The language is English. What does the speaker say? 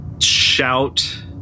shout